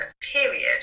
period